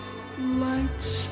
lights